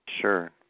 Sure